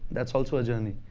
that's also a journey.